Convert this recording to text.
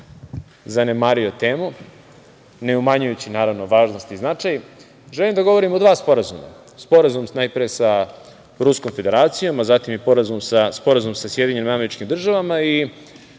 zanemario temu, ne umanjujući naravno važnost i značaj, želim da govorim o dva sporazuma. Sporazum najpre sa Ruskom Federacijom, a zatim i sporazum sa SAD.Na samom početku